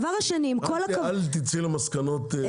אל תצאי למסקנות לא נכונות.